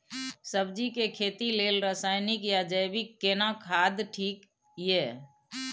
सब्जी के खेती लेल रसायनिक या जैविक केना खाद ठीक ये?